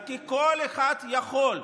כי כל אחד יכול.